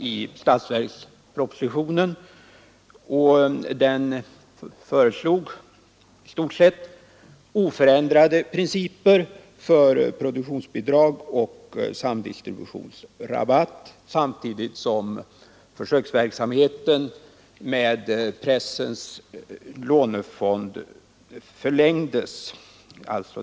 I statsverkspropositionen föreslogs i stort sett oförändrade principer för produktionsbidrag och samdistributionsrabatt, samtidigt som försöksverksamheten med pressens lånefond förlängdes.